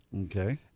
okay